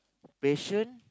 patient